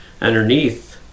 underneath